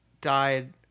died